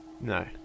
No